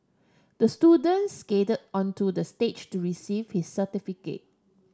the student skated onto the stage to receive he certificate